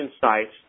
sites